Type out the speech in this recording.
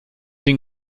den